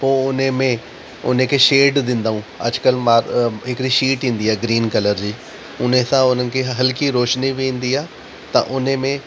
पोइ उन में उन खे शेड ॾींदऊं अॼुकल्ह मां हिकिड़ी शीट ईंदी आहे ग्रीन कलर जी हुन सां उन्हनि खे हल्की रोशनी बि ईंदी आहे त उन में